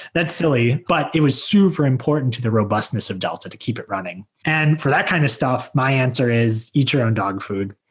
that's silly, but it was super important to the robustness of delta to keep it running. and for that kind of stuff, my answer is eat your own dog food.